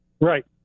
Right